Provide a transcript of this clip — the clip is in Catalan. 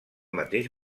mateix